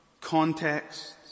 contexts